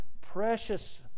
Precious